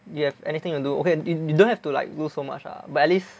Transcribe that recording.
you have anything to do if you don't have to like lose so much lah but at least